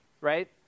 right